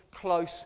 close